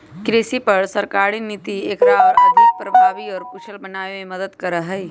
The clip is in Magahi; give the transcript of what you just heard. कृषि पर सरकारी नीति एकरा और अधिक प्रभावी और कुशल बनावे में मदद करा हई